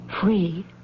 Free